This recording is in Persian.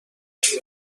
چیه